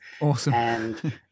Awesome